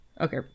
Okay